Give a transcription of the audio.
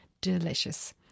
Delicious